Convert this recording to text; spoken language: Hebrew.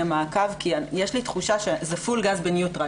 מעקב כי יש לי תחושה שזה פול גז בניוטרל.